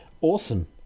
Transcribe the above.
Awesome